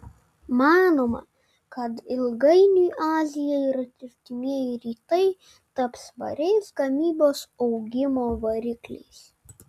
manoma kad ilgainiui azija ir artimieji rytai taps svariais gamybos augimo varikliais